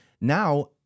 Now